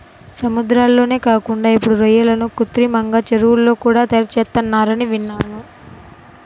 సముద్రాల్లోనే కాకుండా ఇప్పుడు రొయ్యలను కృత్రిమంగా చెరువుల్లో కూడా తయారుచేత్తన్నారని విన్నాను